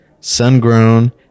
sun-grown